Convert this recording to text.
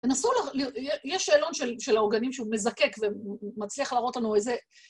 תנסו... יש שאלון של העוגנים שהוא מזקק ומצליח להראות לנו איזה...